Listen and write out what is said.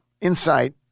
insight